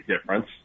difference